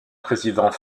président